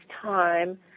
time